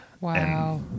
Wow